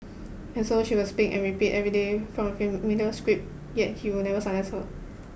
and so she will speak and repeat every day from a script yet he will never silence her